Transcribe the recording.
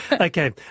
Okay